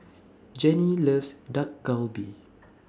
Jennie loves Dak Galbi